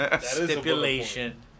Stipulation